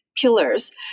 pillars